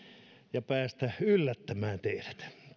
ja päästä yllättämään teidät